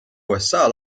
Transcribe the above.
usa